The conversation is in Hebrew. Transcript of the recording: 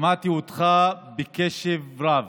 שמעתי אותך בקשב רב.